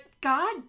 god